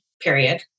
period